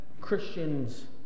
Christians